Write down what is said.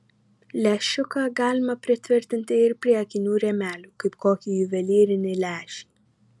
lęšiuką galima pritvirtinti ir prie akinių rėmelių kaip kokį juvelyrinį lęšį